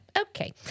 Okay